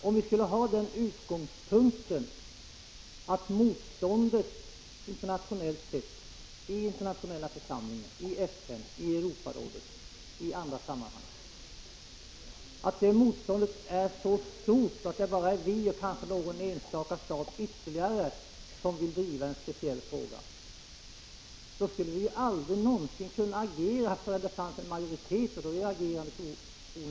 Om utgångspunkten för agerande från vår sida i internationella församlingar som FN, Europarådet och andra skulle vara att vi inte skulle agera om I det kanske bara är någon ytterligare enstaka stat som vill driva en speciell fråga, skulle vi aldrig någonsin kunna handla förrän det fanns en majoritet, och då är ju agerandet onödigt.